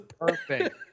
perfect